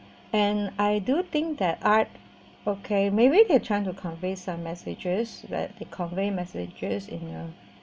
and I do think that art okay maybe they're trying to convey some messages that they convey messages in um